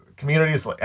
communities